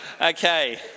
Okay